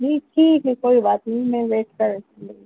جی ٹھیک ہے کوئی بات نہیں میں ویٹ کر